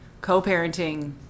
co-parenting